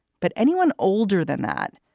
but anyone older than that?